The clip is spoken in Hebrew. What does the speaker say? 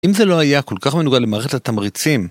אם זה לא היה כל כך מנוגד למערכת התמריצים...